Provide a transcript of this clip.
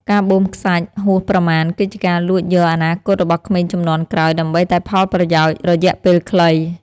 ការបូមខ្សាច់ហួសប្រមាណគឺជាការលួចយកអនាគតរបស់ក្មេងជំនាន់ក្រោយដើម្បីតែផលប្រយោជន៍រយៈពេលខ្លី។